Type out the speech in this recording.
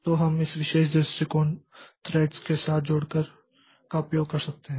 तो हम इस विशेष दृष्टिकोण थ्रेड्स को साथ जोड़कर का उपयोग कर सकते हैं